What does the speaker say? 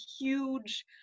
huge